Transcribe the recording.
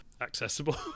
accessible